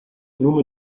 nur